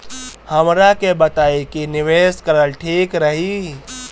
हमरा के बताई की निवेश करल ठीक रही?